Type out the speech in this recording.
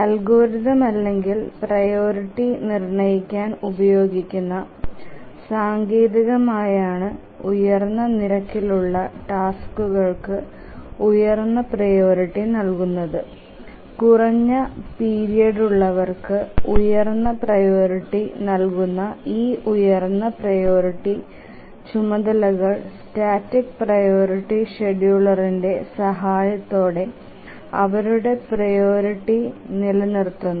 algorithm അല്ലെങ്കിൽ priority നിർണ്ണയിക്കാൻ ഉപയോഗിക്കുന്ന സാങ്കേതികതയാണ് ഉയർന്ന നിരക്കിലുള്ള ടാസ്ക്കുകൾക്ക് ഉയർന്ന പ്രിയോറിറ്റി നൽകുന്നത് കുറഞ്ഞ പീരിയഡ്ലുള്ളവർക്ക് ഉയർന്ന പ്രിയോറിറ്റി നൽകുന്നു ഈ ഉയർന്ന പ്രിയോറിറ്റി ചുമതലകൾ സ്റ്റാറ്റിക് പ്രിയോറിറ്റി ഷെഡ്യൂളറിന്റെ സഹായത്തോടെ അവരുടെ പ്രിയോറിറ്റി നിലനിർത്തുന്നു